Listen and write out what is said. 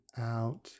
out